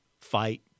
fight